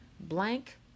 blank